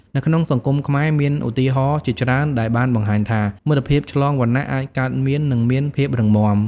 នៅក្នុងសង្គមខ្មែរមានឧទាហរណ៍ជាច្រើនដែលបានបង្ហាញថា មិត្តភាពឆ្លងវណ្ណៈអាចកើតមាននិងមានភាពរឹងមាំ។